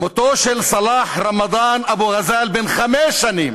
מותו של סלאח רמדאן אבו גאזל, בן חמש שנים,